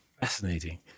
fascinating